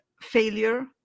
failure